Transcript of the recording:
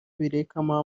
birekamo